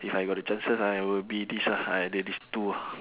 if I got the chances I will be these ah either these two ah